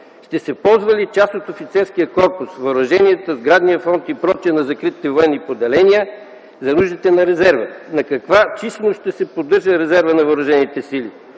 Ще се ползва ли част от офицерския корпус, въоръженията, сградния фонд и прочие, на закритите военни поделения за нуждите на резерва? На каква численост ще се поддържа резерва на въоръжените сили?